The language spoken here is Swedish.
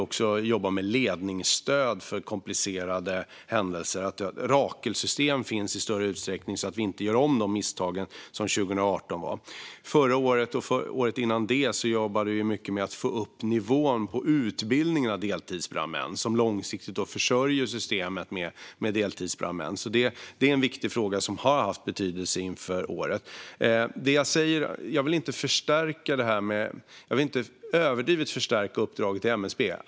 Dessutom jobbar vi med ledningsstöd för komplicerade händelser och att införa Rakelsystem i större utsträckning så att misstagen 2018 inte upprepas. Förra året och året dessförinnan jobbade vi mycket med att få upp nivån på utbildningen av deltidsbrandmän, som långsiktigt förser systemet med deltidsbrandmän. Det är en viktig fråga som har haft betydelse inför i år. Jag vill inte överdriva uppdraget till MSB.